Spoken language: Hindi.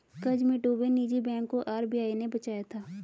कर्ज में डूबे निजी बैंक को आर.बी.आई ने बचाया था